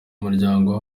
umuryango